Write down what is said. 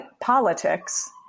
politics